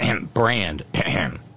brand